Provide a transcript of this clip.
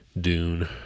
Dune